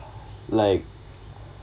like